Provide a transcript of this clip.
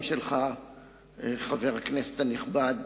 חבר הכנסת הנכבד,